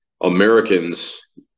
americans